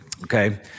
Okay